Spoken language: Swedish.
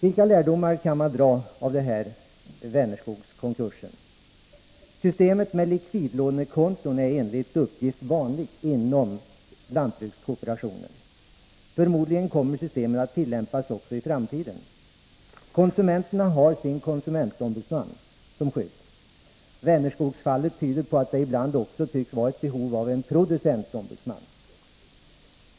Vilka lärdomar kan man dra av Vänerskogs konkurs? Systemet med likvidlånekonton är enligt uppgift vanligt inom lantbrukskooperationen. Förmodligen kommer systemet att tillämpas också i framtiden. Konsumen 37 terna har sin konsumentombudsman som skydd. Vänerskogsfallet tyder på att det ibland också finns behov av en producentombudsman.